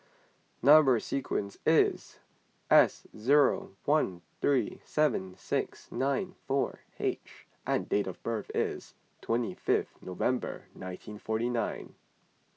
Number Sequence is S zero one three seven six nine four H and date of birth is twenty fifth November nineteen forty nine